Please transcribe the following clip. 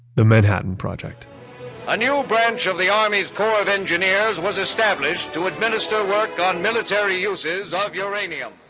the manhattan project a new ah branch of the army corps of engineers was established to administer work on military uses ah of uranium